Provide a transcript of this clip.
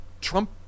Trump